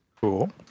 cool